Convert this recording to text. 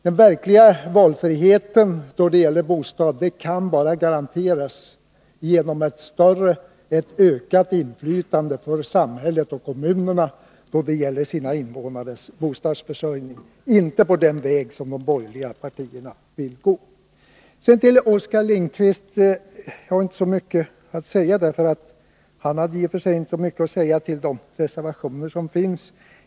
Den verkliga valfriheten då det gäller bostad kan endast garanteras genom att samhället och kommunerna får ett större inflytande över bostadsförsörjningen, inte på det sätt som de borgerliga partierna föreslår. Sedan till Oskar Lindkvist. Jag har i och för sig inte så mycket att säga, för Oskar Lindkvist sade inte så mycket om reservationerna.